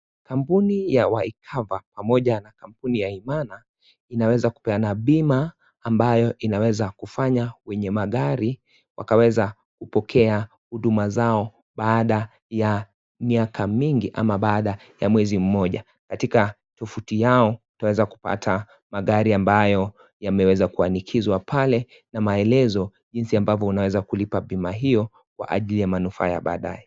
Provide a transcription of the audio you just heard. Kampuni ya Y-Cover pamoja na kambuni ya Imana inaweza kupeana bima ambayo inaweza kufanya wenye magari wakaweza upokea uduma zao baada ya miaka mingi, ama baada ya muwezi mmoja. Latika tufuti yao tuweza kupata magari ambayo, yameweza kuwanikizwa pale na maelezo jinzi ambabo unaweza kulipa bima hiyo kwa ajili ya manufaa ya baadaye.